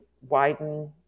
widen